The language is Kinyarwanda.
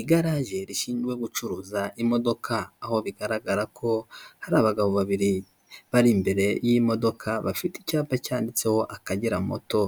Igaraje rishinjzwe gucuruza imodoka aho bigaragara ko hari abagabo babiri bari imbere y'imodoka bafite icyapa cyanditseho Akageramoto,